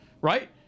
right